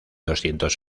doscientos